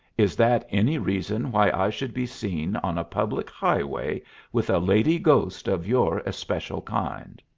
is that any reason why i should be seen on a public highway with a lady-ghost of your especial kind?